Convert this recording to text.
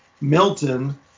Milton